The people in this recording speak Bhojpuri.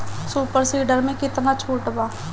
सुपर सीडर मै कितना छुट बा?